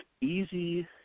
easy